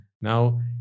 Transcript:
now